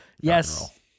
yes